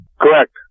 Correct